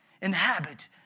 Inhabit